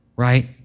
right